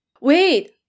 Wait